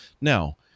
Now